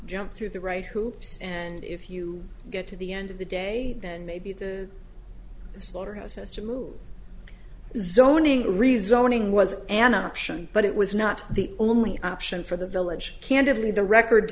jump through the right hoops and if you get to the end of the day then maybe the slaughter house has to move zoning rezoning was an option but it was not the only option for the village candidly the record